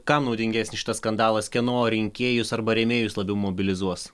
kam naudingesnis šitas skandalas kieno rinkėjus arba rėmėjus labiau mobilizuos